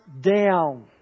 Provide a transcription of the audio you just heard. down